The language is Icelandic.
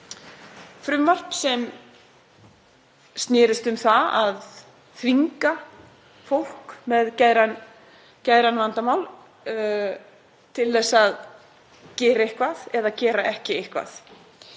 frumvarp sem snerist um að þvinga fólk með geðræn vandamál til að gera eitthvað eða gera ekki eitthvað,